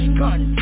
gun